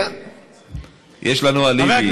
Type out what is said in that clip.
יש לנו אליבי.